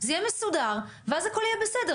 זה יהיה מסודר ואז הכול יהיה בסדר,